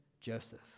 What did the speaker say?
Joseph